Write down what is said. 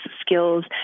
skills